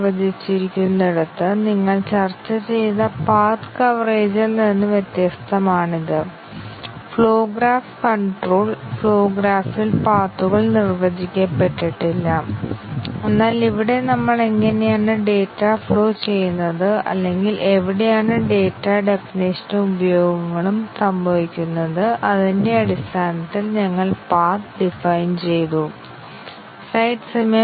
P എന്നത് p 1 മുതൽ p n വരെയുള്ള പാത്ത് ന്റ്റെ ഒരു ലീനിയർ കോമ്പിനേഷനാണെന്ന് ഞങ്ങൾ പറയുന്നു നമുക്ക് a 1 മുതൽ n വരെ ഇന്റീജർ ഉണ്ടെങ്കിൽ p i a i p i എന്നിവയുടെ ലീനിയർ കോമ്പിനേഷനിൽ ഒരു പാത്ത് p ഉണ്ടാക്കുകയാണെങ്കിൽ അതിന് അർഥം പാത്ത് എന്നത് നോഡുകളുടെയും എഡ്ജ്കളുടെയും ഒരു സെറ്റ് ആണെന്നാണ്